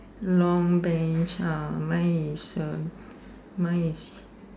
long Bench ah mission miss